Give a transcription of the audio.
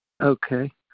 okay